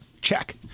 Check